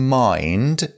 mind